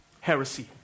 heresy